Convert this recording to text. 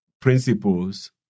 principles